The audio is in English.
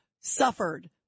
suffered